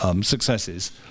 successes